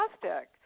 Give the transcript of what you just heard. fantastic